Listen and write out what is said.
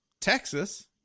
Texas